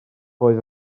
oedd